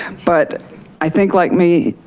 but i think like me,